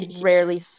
rarely